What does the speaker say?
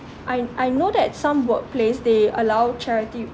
I I know that some workplace they allow charity